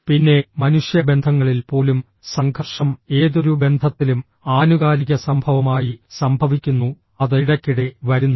പിന്നെ മനുഷ്യ ബന്ധങ്ങളിൽ പോലും സംഘർഷം ഏതൊരു ബന്ധത്തിലും ആനുകാലിക സംഭവമായി സംഭവിക്കുന്നു അത് ഇടയ്ക്കിടെ വരുന്നു